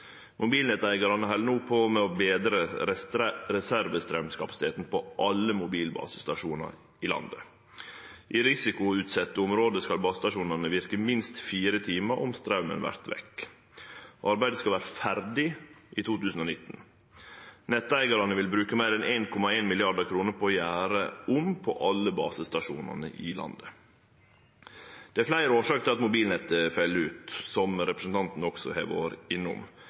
Mobilnetteigarane held no på med å betre reservestraumkapasiteten på alle mobilbasestasjonane i landet. I risikoutsette område skal basestasjonane verke i minst fire timar om straumen vert vekke, og arbeidet skal vere ferdig i 2019. Netteigarane vil bruke meir enn 1,1 mrd. kr på å gjere om på alle basestasjonane i landet. Det er fleire årsaker til at mobilnettet fell ut, noko representanten også har vore innom.